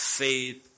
faith